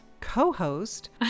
co-host